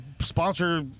sponsor